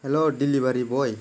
हेल' दिलिबारि बइ